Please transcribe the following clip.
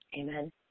amen